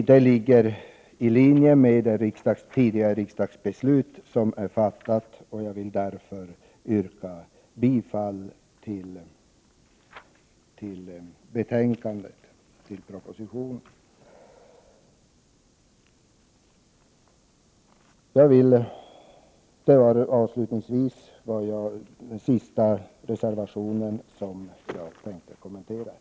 De ligger i linje med det beslut riksdagen tidigare har fattat. Det var den sista av de reservationer jag hade tänkt kommentera, och jag yrkar bifall till utskottets hemställan också beträffande det momentet.